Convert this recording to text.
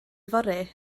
yfory